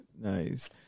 nice